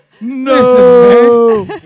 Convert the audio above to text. No